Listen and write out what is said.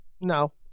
No